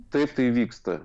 taip tai vyksta